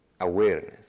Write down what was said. awareness